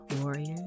warriors